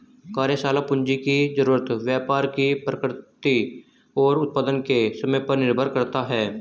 कार्यशाला पूंजी की जरूरत व्यापार की प्रकृति और उत्पादन के समय पर निर्भर करता है